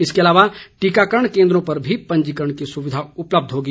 इसके अलावा टीकाकरण केन्द्रों पर भी पंजीकरण की सुविधा उपलब्ध होगी